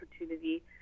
opportunity